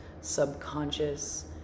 subconscious